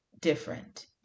different